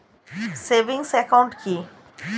Savings account কি?